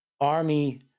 Army